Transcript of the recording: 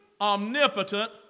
omnipotent